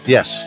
Yes